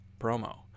promo